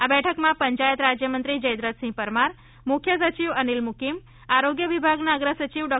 આ બેઠકમાં પંચાયત રાજ્ય મંત્રી જયદ્રથસિંહ પરમાર મુખ્ય સચિવ અનિલ મુકિમ આરોગ્ય વિભાગના અગ્ર સચિવ ડૉ